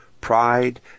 pride